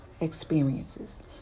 experiences